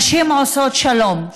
נשים עושות שלום,